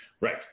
right